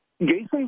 Jason